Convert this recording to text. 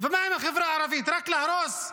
ומה עם החברה הערבית, רק להרוס?